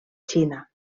xina